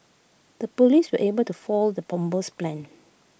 the Police were able to foil the bomber's plans